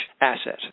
asset